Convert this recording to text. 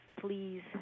Please